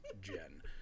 Jen